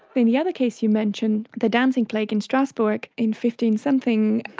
in the other case you mentioned, the dancing plague in strasbourg in fifteen something,